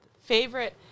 favorite